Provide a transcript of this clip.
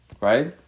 right